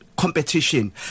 Competition